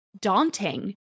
daunting